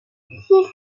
six